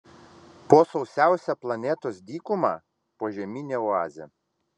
po sausiausia planetos dykuma požeminė oazė